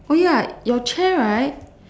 oh ya your chair right